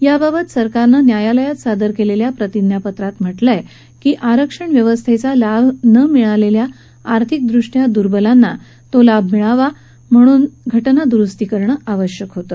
याबाबत सरकारनं न्यायालयात सादर केलेल्या प्रतिज्ञापत्रकात म्हटलंय की आरक्षण व्यवस्थेचा लाभ न मिळालेल्या आर्थिक दुर्बल घटकांना तो लाभ देण्यासाठी घटना दुरुस्ती करणं आवश्यक होतं